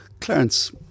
Clarence